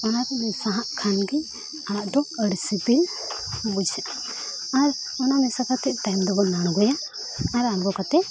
ᱚᱱᱟ ᱠᱚ ᱢᱮᱥᱟᱣᱟᱜ ᱠᱷᱟᱱ ᱜᱮ ᱟᱲᱟᱜ ᱫᱚ ᱟᱹᱰᱤ ᱥᱤᱵᱤᱞ ᱵᱩᱡᱷᱟᱹᱜᱼᱟ ᱟᱨ ᱚᱱᱟ ᱢᱮᱥᱟ ᱠᱟᱛᱮᱫ ᱛᱟᱭᱚᱢ ᱫᱚᱵᱚᱱ ᱟᱬᱜᱚᱭᱟ ᱟᱨ ᱟᱬᱜᱚ ᱠᱟᱛᱮᱫ